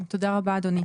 תודה רבה אדוני.